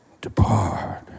depart